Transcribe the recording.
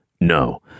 No